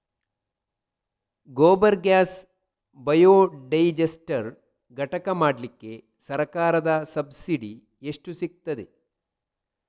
Gobar gas biodigester ಘಟಕ ಮಾಡ್ಲಿಕ್ಕೆ ಸರ್ಕಾರದ ಸಬ್ಸಿಡಿ ಎಷ್ಟು ಸಿಕ್ತಾದೆ?